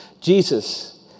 Jesus